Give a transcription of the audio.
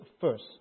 first